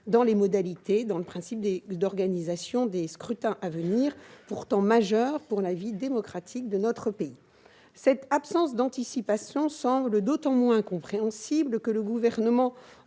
adapter les modalités d'organisation des scrutins à venir, pourtant majeurs pour la vie démocratique de notre pays. Cette absence d'anticipation semble d'autant moins compréhensible que le Gouvernement,